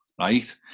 right